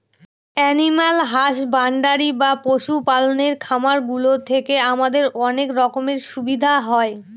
animal husbandry বা পশু পালনের খামার গুলো থেকে আমাদের অনেক রকমের সুবিধা হয়